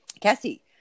Cassie